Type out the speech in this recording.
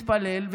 מתפלל,